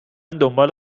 دنبال